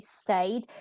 stayed